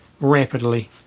rapidly